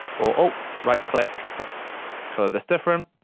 or alt, right click, let's colour this different.